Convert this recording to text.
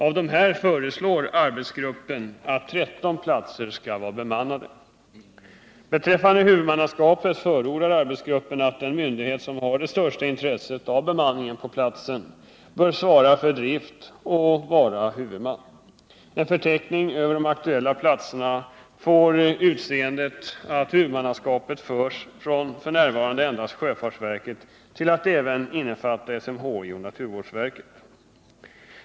Arbetsgruppen föreslår att 13 av dessa platser skall vara bemannade. Beträffande huvudmannaskapet förordar arbetsgruppen att den myndighet som har det största intresset av bemanning på platsen skall svara för drift och vara huvudman. En förteckning över aktuella platser får då ett utseende som innebär att inte som f.n. endast sjöfartsverket utan även SMHI och naturvårdsverket kan stå som huvudman.